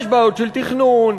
יש בעיות של תכנון,